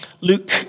Luke